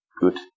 good